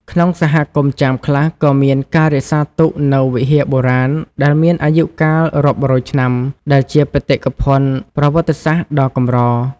ក្នុងសហគមន៍ចាមខ្លះ ក៏មានការរក្សាទុកនូវវិហារបុរាណដែលមានអាយុកាលរាប់រយឆ្នាំ ដែលជាបេតិកភណ្ឌប្រវត្តិសាស្ត្រដ៏កម្រ។